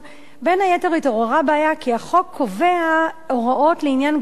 כי החוק קובע הוראות לעניין קדימות